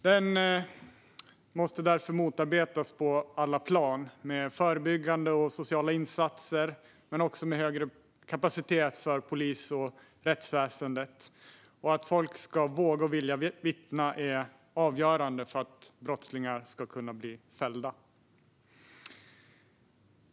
Den måste därför motarbetas på alla plan med förebyggande och sociala insatser men också med större kapacitet för polis och rättsväsendet. Att folk ska våga och vilja vittna är avgörande för att brottslingar ska kunna bli fällda.